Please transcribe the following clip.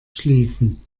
schließen